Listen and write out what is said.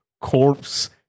Corpse